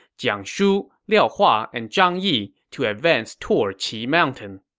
jiang shu, liao hua, and zhang yi, to advance toward qi mountain